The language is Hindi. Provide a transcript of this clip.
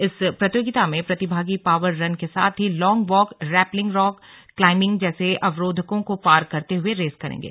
इस प्रतियोगिता में प्रतिभागी पावर रन के साथ ही long walk rappelling rock climbing जैसे अवरोधकों को पार करते हुए रेस करेंगे